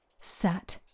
sat